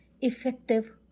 effective